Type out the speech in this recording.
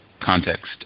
Context